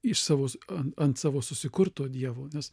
iš savo ant savo susikurto dievo nes